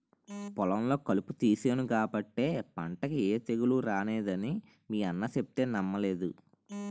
పొలంలో కలుపు తీసేను కాబట్టే పంటకి ఏ తెగులూ రానేదని మీ అన్న సెప్తే నమ్మలేదు